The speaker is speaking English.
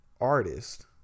artist